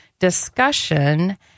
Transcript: discussion